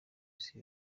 isi